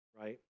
right